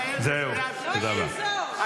אתם קואליציה של משתמטים, לא יעזור לכם.